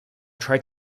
try